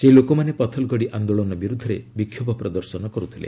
ସେହି ଲୋକମାନେ ପଥଲଗଡ଼ି ଆନ୍ଦୋଳନ ବିରୁଦ୍ଧରେ ବିକ୍ଷୋଭ ପ୍ରଦର୍ଶନ କର୍ତ୍ଥିଲେ